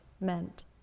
meant